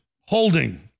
holding